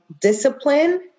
discipline